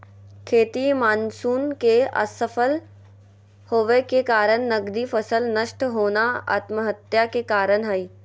खेती मानसून के असफल होबय के कारण नगदी फसल नष्ट होना आत्महत्या के कारण हई